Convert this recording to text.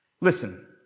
Listen